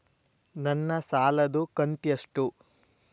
ನನ್ನ ಸಾಲದು ಕಂತ್ಯಷ್ಟು?